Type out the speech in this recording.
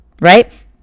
Right